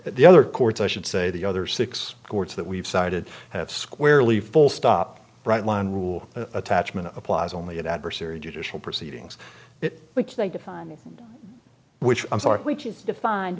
the other courts i should say the other six courts that we've cited have squarely full stop bright line rule attachment applies only it adversary judicial proceedings which they define which i'm sorry which is defined